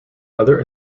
other